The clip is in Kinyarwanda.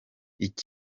ibihugu